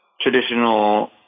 traditional